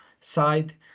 side